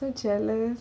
so jealous